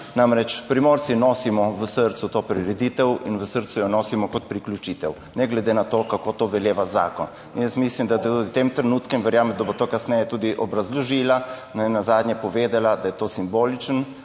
Namreč, Primorci nosimo v srcu to prireditev in v srcu jo nosimo kot priključitev, ne glede na to, kako to veleva zakon. In jaz mislim, da v tem trenutku in verjamem, da bo to kasneje tudi obrazložila, ne nazadnje povedala, da je to simboličen